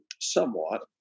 somewhat